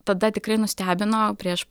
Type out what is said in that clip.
tada tikrai nustebino prieš